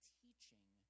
teaching